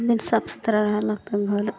नइ साफ सुथरा रहलक तब घर